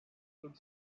could